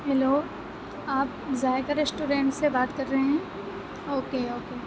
hello آپ Zaiqa restaurant سے بات کر رہے ہیں اوکے اوکے